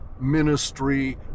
ministry